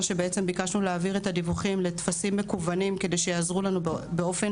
שביקשנו להעביר את הדיווחים לטפסים מקוונים כדי שיעזרו לנו באופן